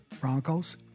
Broncos